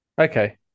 Okay